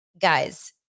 guys